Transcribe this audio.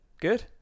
Good